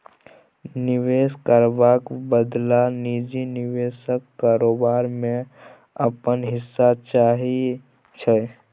निबेश करबाक बदला निजी निबेशक कारोबार मे अपन हिस्सा चाहै छै